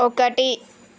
ఒకటి